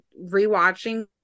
rewatching